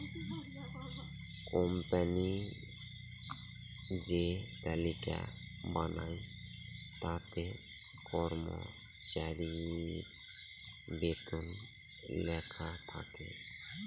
company যে তালিকা বানায় তাতে কর্মচারীর বেতন লেখা থাকে